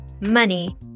money